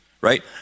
right